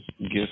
gift